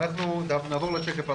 נעבור לשקף הבא.